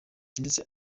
ndetse